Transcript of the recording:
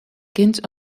kind